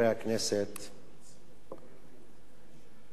בעניין הכיבוש,